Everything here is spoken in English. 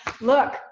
Look